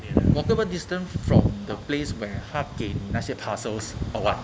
walkable distance from the place where 他给你那些 parcels or what